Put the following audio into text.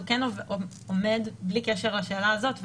זה כן עומד, בלי קשר לשאלה הזאת.